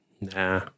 Nah